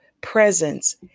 presence